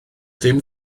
dim